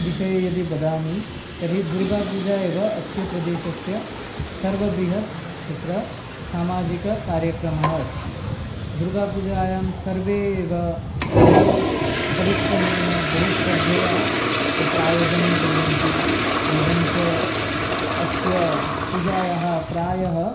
विषये यदि वदामि तर्हि दुर्गापूजा एव अस्य प्रदेशस्य सर्वबृहत् तत्र सामाजिककार्यक्रमः अस्ति दुर्गापूजायां सर्वे एव बहुपरिश्रमेण बहुश्रद्धया तत्र आयोजनं कुर्वन्ति एवं च अस्याः पूजायाः प्रायः